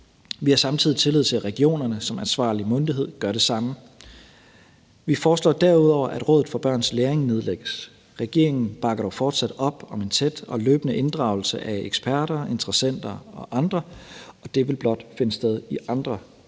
Vi har samtidig tillid til, at regionerne som ansvarlig myndighed gør det samme. Vi foreslår derudover, at Rådet for Børns Læring nedlægges. Regeringen bakker dog fortsat op om en tæt og løbende inddragelse af eksperter, interessenter og andre; det vil blot finde sted i andre fora.